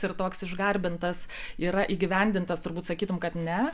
ir toks išgarbintas yra įgyvendintas turbūt sakytum kad ne